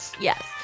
yes